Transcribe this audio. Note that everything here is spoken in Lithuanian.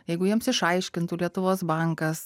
jeigu jiems išaiškintų lietuvos bankas